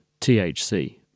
THC